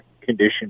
condition